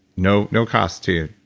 no no cost to